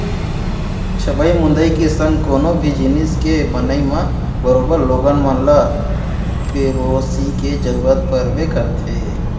छबई मुंदई के संग कोनो भी जिनिस के बनई म बरोबर लोगन मन ल पेरोसी के जरूरत परबे करथे